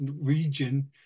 region